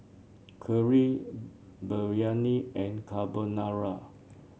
Kheer Biryani and Carbonara